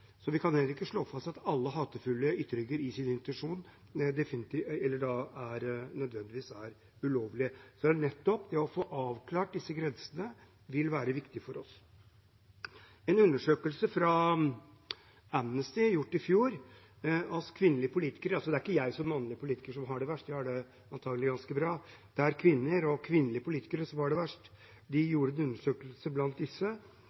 Så vi kan heller ikke slå fast at alle hatefulle ytringer i sin intensjon nødvendigvis er ulovlige. Nettopp det å få avklart disse grensene vil være viktig for oss. Amnesty gjorde i fjor en undersøkelse blant kvinnelige politikere. Det er ikke jeg, som mannlig politiker som har det verst, jeg har det antakelig ganske bra. Det er kvinner og kvinnelige politikere som har det verst. I undersøkelsen gjort blant disse